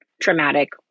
traumatic